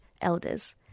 elders